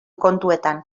kontuetan